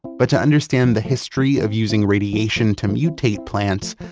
but to understand the history of using radiation to mutate plants,